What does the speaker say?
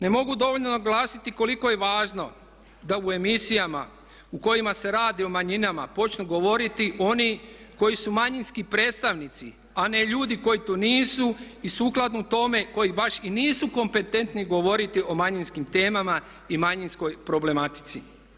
Ne mogu dovoljno naglasiti koliko je važno da u emisijama u kojima se radi o manjinama počnu govoriti oni koji su manjinski predstavnici a ne ljudi koji to nisu i sukladno tome koji baš i nisu kompetentni govoriti o manjinskim temama i manjinskoj problematici.